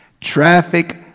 traffic